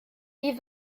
wie